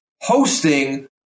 hosting